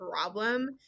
problem